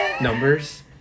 numbers